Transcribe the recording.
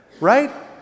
right